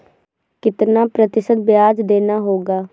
कितना प्रतिशत ब्याज देना होगा?